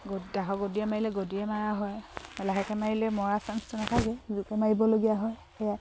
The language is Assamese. গ দাৰ গাদিৰে মাৰিলে গাদিৰে মাৰা হয় লাহেকৈ মাৰিলে মৰা চান্সটো নাথাকেই জোৰকৈ মাৰিবলগীয়া হয় সেয়া